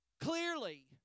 Clearly